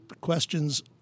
questions